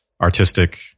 artistic